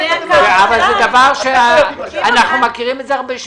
--- זה דבר שאנחנו מכירים הרבה שנים.